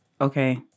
okay